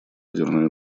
ядерную